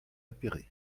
appéré